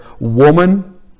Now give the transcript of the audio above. woman